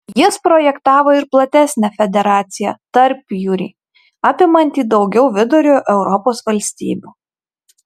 jis projektavo ir platesnę federaciją tarpjūrį apimantį daugiau vidurio europos valstybių